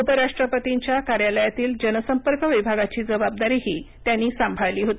उपराष्ट्रपतींच्या कार्यालयातील जनसंपर्क विभागाची जबाबदारीही त्यांनी सांभाळली होती